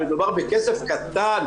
מדובר בכסף קטן,